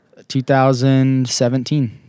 2017